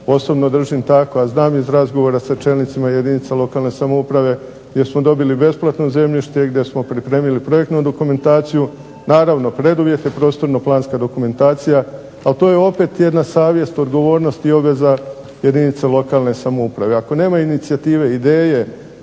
Osobno držim tako, a znam iz razgovora sa čelnicima jedinica lokalne samouprave gdje smo dobili besplatno zemljište i gdje smo pripremili projektnu dokumentaciju, naravno preduvjet je prostorno-planska dokumentacija. Ali, to je opet jedna savjest, odgovornost i obveza jedinica lokalne samouprave.